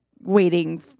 waiting